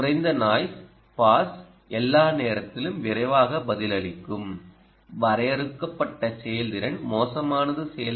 இது குறைந்த noise pass எல்லா நேரத்திலும் விரைவாக பதிலளிக்கும் வரையறுக்கப்பட்ட செயல்திறன் மோசமானது